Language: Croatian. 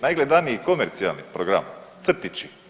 Najgledaniji komercijalni program, crtići.